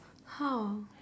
how